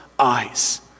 Eyes